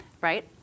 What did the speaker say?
right